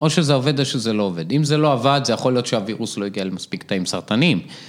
או שזה עובד או שזה לא עובד, אם זה לא עבד זה יכול להיות שהווירוס לא יגיע למספיק תאים סרטנים.